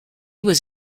was